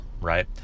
right